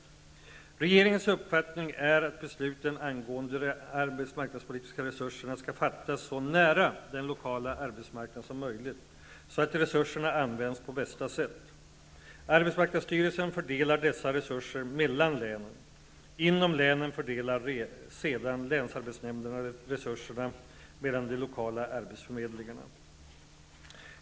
Regeringens uppfattning är att besluten angående de arbetsmarknadspolitiska resurserna skall fattas så nära den lokala arbetsmarknaden som möjligt, så att resurserna används på bästa sätt. Arbetsmarknadsstyrelsen fördelar dessa resurser mellan länen. Inom länen fördelar sedan länsarbetsnämnderna resurserna mellan de lokala arbetsförmedlingarna.